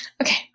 okay